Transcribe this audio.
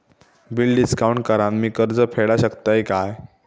Bill discount करान मी कर्ज फेडा शकताय काय?